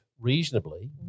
reasonably